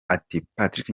patrick